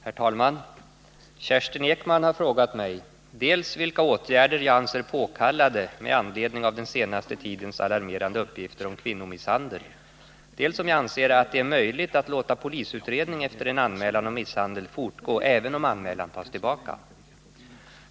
Herr talman! Kerstin Ekman har frågat mig dels vilka åtgärder jag anser påkallade med anledning av den senaste tidens alarmerande uppgifter om kvinnomisshandel, dels om jag anser att det är möjligt att låta polisutredning efter en anmälan om misshandel fortgå även om anmälan tas tillbaka.